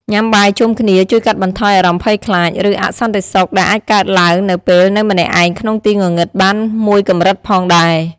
ញាំបាយជុំគ្នាជួយកាត់បន្ថយអារម្មណ៍ភ័យខ្លាច ឬអសន្តិសុខដែលអាចកើតឡើងនៅពេលនៅម្នាក់ឯងក្នុងទីងងឹតបានមួយកម្រិតផងដែរ ។